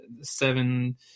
seven